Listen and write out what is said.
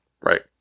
Right